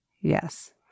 Yes